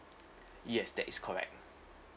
yes that is correct